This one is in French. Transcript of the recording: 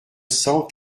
cent